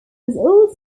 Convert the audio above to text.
was